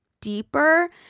deeper